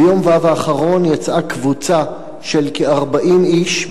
ביום ו' האחרון יצאה קבוצה של כ-40 איש,